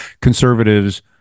conservatives